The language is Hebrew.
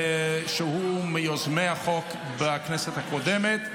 שהוא מיוזמי החוק בכנסת הקודמת.